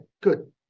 good